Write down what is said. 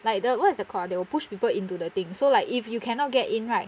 like the what's that called ah they will push people into the thing so like if you cannot get in right